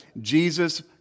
Jesus